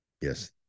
Yes